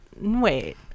wait